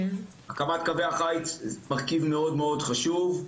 הקמת קווי החיץ היא מרכיב מאוד-מאוד חשוב,